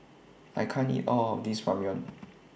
I can't eat All of This Ramyeon